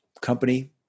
company